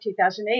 2008